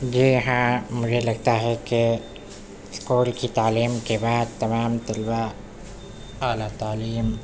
جی ہاں مجھے لگتا ہے کہ اسکول کی تعلیم کے بعد تمام طلبا اعلیٰ تعلیم